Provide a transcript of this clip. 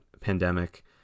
pandemic